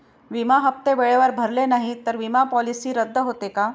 विमा हप्ते वेळेवर भरले नाहीत, तर विमा पॉलिसी रद्द होते का?